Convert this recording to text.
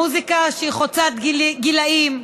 מוזיקה שהיא חוצת גילים,